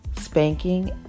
spanking